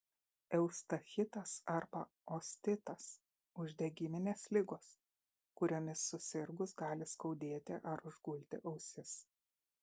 eustachitas arba ostitas uždegiminės ligos kuriomis susirgus gali skaudėti ar užgulti ausis